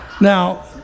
Now